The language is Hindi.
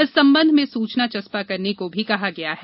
इस संबंध में सूचना चस्पा करने को भी कहा गया है